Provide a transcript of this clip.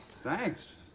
thanks